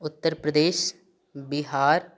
Uttar Pradesh Bihar